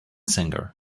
singer